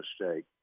mistake